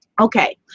Okay